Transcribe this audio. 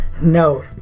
No